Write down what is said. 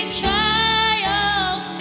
trials